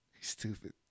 stupid